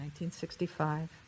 1965